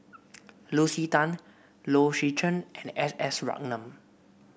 Lucy Tan Low Swee Chen and S S Ratnam